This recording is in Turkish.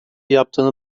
yaptığını